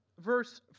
verse